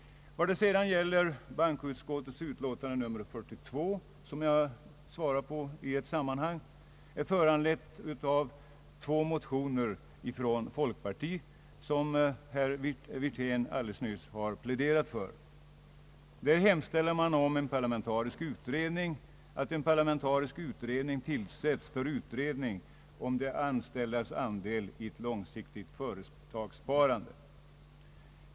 Så kommer jag till bankoutskottets utlåtande nr 42 som vi också nu behandlar och som är föranlett av två motioner från folkpartiet vilka herr Wirtén alldeles nyss har pläderat för. Där hemställer motionärerna om en parlamentarisk utredning om de anställdas andel i ett långsiktigt företagssparande.